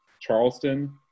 Charleston